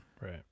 Right